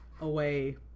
away